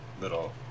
little